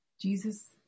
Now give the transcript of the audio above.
Jesus